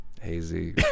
Hazy